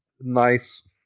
nice